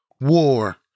War